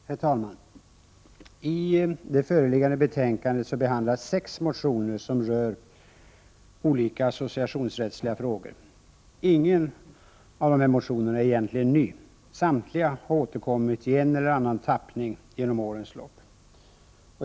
Herr talman! I det föreliggande betänkandet behandlas sex motioner som rör olika associationsrättsliga frågor. Ingen av de motionerna är egentigen ny. Samtliga har återkommit i en eller annan tappning genom årens lopp.